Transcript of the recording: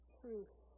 truth